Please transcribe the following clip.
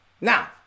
Now